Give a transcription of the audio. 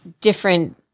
different